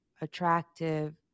attractive